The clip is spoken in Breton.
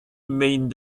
emaint